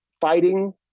fighting